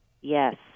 Yes